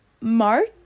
March